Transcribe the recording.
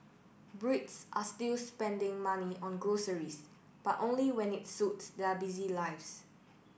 Brits are still spending money on groceries but only when it suits their busy lives